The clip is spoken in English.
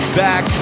back